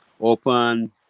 open